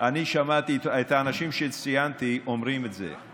שמעתי את האנשים שציינתי אומרים את זה.